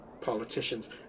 politicians